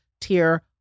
tier